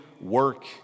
work